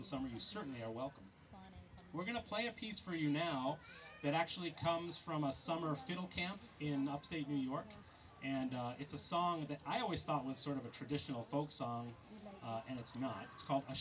the summer you certainly are welcome we're going to play a piece for you now that actually comes from a summer fiddle camp in upstate new york and it's a song that i always thought was sort of a traditional folk song and it's not it's called